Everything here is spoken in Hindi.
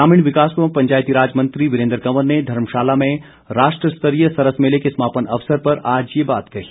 ग्रामीण विकास व पंचायजतीराज मंत्री वीरेन्द्र कंवर ने धर्मशाला में राष्ट्र स्तरीय सरस मेले के समापन अवसर पर आज ये बात कही